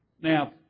Now